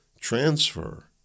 transfer